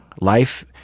Life